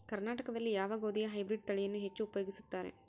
ಕರ್ನಾಟಕದಲ್ಲಿ ಯಾವ ಗೋಧಿಯ ಹೈಬ್ರಿಡ್ ತಳಿಯನ್ನು ಹೆಚ್ಚು ಉಪಯೋಗಿಸುತ್ತಾರೆ?